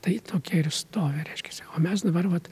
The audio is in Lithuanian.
tai tokia ir stovi reiškiasi o mes dabar vat